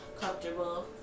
comfortable